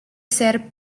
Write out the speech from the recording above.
ser